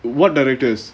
what directors